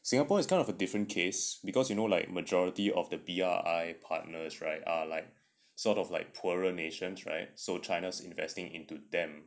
singapore is kind of a different case because you know like majority of the B_R_I partners right ah like sort of like poorer nations right so china's investing into them